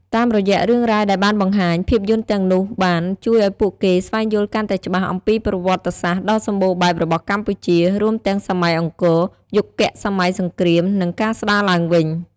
តាមរយៈរឿងរ៉ាវដែលបានបង្ហាញ ភាពយន្តទាំងនោះបាន ជួយឱ្យពួកគេស្វែងយល់កាន់តែច្បាស់អំពីប្រវត្តិសាស្ត្រ ដ៏សម្បូរបែបរបស់កម្ពុជា រួមទាំងសម័យអង្គរ យុគសម័យសង្គ្រាម និងការស្ដារឡើងវិញ។